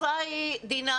התקופה היא דינאמית.